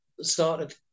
started